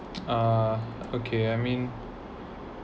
uh okay I mean